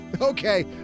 Okay